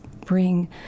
bring